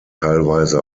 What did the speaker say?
teilweise